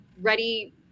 Ready